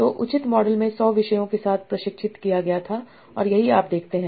तो उचित मॉडल में सौ विषयों के साथ प्रशिक्षित किया गया था और यही आप देखते हैं